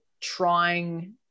trying